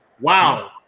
Wow